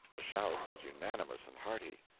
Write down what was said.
the shout was unanimous and hearty.